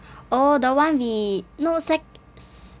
oh the one we not sec